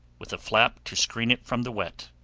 with a flap to screen it from the wet.